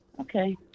Okay